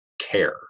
care